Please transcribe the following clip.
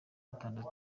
gatandatu